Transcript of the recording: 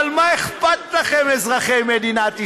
אבל מה אכפת לכם מאזרחי מדינת ישראל?